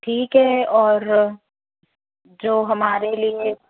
ठीक है और जो हमारे लिए